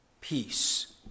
peace